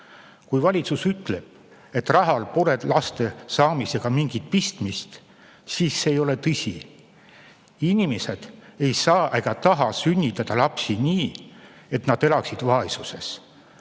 Kui valitsus ütleb, et rahal pole laste saamisega mingit pistmist, siis see ei ole tõsi. Inimesed ei saa ega taha sünnitada lapsi nii, et nad elaksid vaesuses.